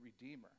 redeemer